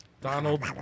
Donald